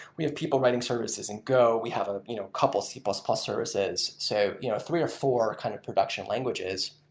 we have people writing services in go. we have a you know couple of c plus plus services, so you know three or four kind of production languages.